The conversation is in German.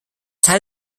teil